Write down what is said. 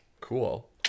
Cool